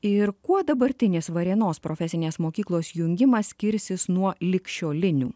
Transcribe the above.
ir kuo dabartinės varėnos profesinės mokyklos jungimas skirsis nuo ligšiolinių